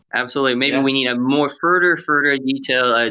absolutely. maybe we need a more further, further detail, ah